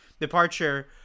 departure